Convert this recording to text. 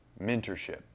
mentorship